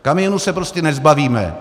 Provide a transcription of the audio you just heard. Kamionů se prostě nezbavíme.